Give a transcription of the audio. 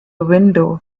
window